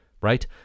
Right